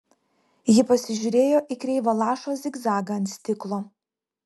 ji pasižiūrėjo į kreivą lašo zigzagą ant stiklo